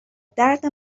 درد